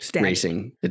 Racing